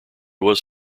was